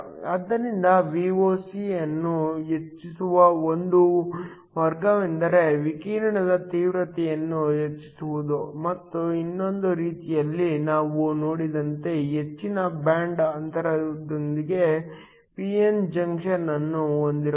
ಆದ್ದರಿಂದ Voc ಅನ್ನು ಹೆಚ್ಚಿಸುವ ಒಂದು ಮಾರ್ಗವೆಂದರೆ ವಿಕಿರಣದ ತೀವ್ರತೆಯನ್ನು ಹೆಚ್ಚಿಸುವುದು ಮತ್ತು ಇನ್ನೊಂದು ರೀತಿಯಲ್ಲಿ ನಾವು ನೋಡಿದಂತೆ ಹೆಚ್ಚಿನ ಬ್ಯಾಂಡ್ ಅಂತರದೊಂದಿಗೆ ಪಿ ಎನ್ ಜಂಕ್ಷನ್ ಅನ್ನು ಹೊಂದಿರುವುದು